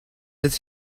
does